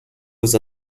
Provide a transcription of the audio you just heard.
was